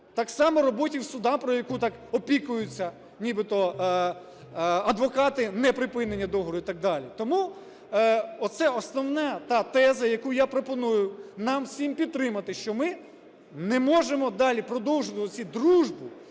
так само роботі в судах, про яку так опікуються нібито адвокати неприпинення договору і так далі. Тому оце основне, та теза, яку я пропоную нам всім підтримати, що ми не можемо далі продовжувати оці: дружбу,